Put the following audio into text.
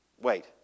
Wait